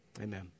Amen